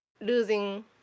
losing